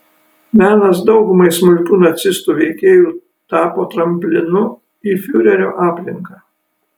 menas daugumai smulkių nacistų veikėjų tapo tramplinu į fiurerio aplinką